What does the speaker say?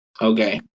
okay